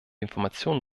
informationen